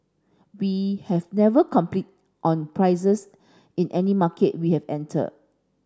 we have never competed on prices in any market we have entered